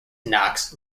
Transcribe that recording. knox